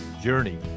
journey